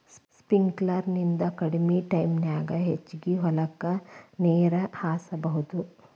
sprinkler ನಿಂದ ಕಡಮಿ ಟೈಮನ್ಯಾಗ ಹೆಚಗಿ ಹೊಲಕ್ಕ ನೇರ ಹಾಸಬಹುದು